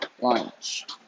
lunch